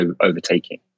overtaking